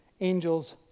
angels